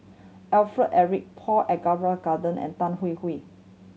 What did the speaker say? Alfred Eric Paul Abisheganaden and Tan Hwee Hwee